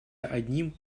одним